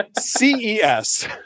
CES